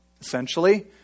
essentially